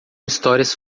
histórias